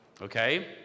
Okay